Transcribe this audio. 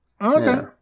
Okay